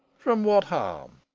from what harm?